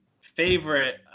favorite